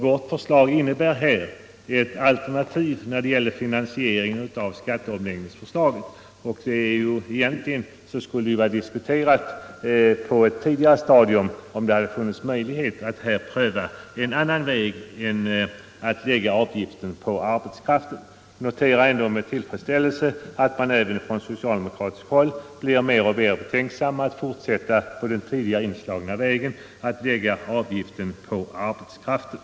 Vårt förslag innebär nämligen ett alternativ i fråga om finansieringen av skatteomläggningsförslaget. Egentligen borde dessa synpunkter kommit fram på ett tidigare stadium och då hade det kanske funnits möjlighet att finna en annan väg än att lägga ytterligare avgifter på arbetskraften. Jag noterar ändå med tillfredsställelse att man även från socialdemokratiskt håll blir mer och mer betänksam mot att fortsätta på den tidigare inslagna vägen att lägga avgifter på arbetskraften.